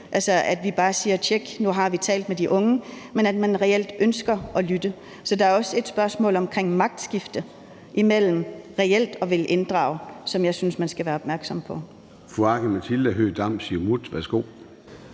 altså at vi bare siger, at nu har vi – tjek – talt med de unge, men at man reelt ønsker at lytte. Så der er også et spørgsmål om magtskifte mellem reelt at ville inddrage, som jeg synes man skal være opmærksom på.